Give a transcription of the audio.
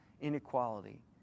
inequality